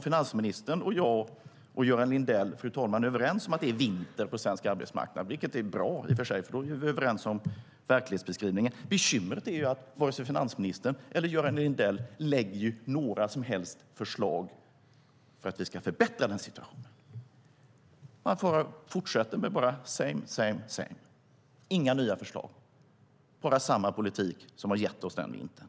Finansministern, jag och Göran Lindell är överens om att det är vinter på svensk arbetsmarknad. Det är bra att vi är överens om verklighetsbeskrivningen, men bekymret är att varken finansministern eller Göran Lindell lägger fram några som helst förslag för att vi ska förbättra situationen. Man fortsätter med samma, samma, samma. Det är inga nya förslag utan bara mer av samma politik som har gett oss denna vinter.